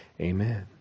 Amen